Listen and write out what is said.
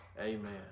Amen